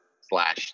Slash